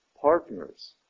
partners